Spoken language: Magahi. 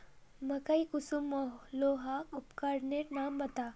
मकई कुंसम मलोहो उपकरनेर नाम बता?